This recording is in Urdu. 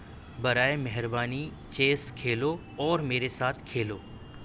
برائے مہربانی چیس کھولو اور میرے ساتھ کھیلو